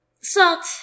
salt